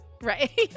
Right